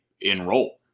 enroll